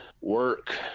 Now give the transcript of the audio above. work